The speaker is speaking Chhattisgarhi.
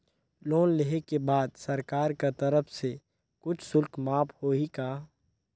लोन लेहे के बाद सरकार कर तरफ से कुछ शुल्क माफ होही का?